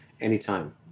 anytime